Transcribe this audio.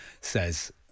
says